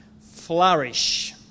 flourish